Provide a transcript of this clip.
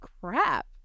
crap